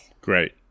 Great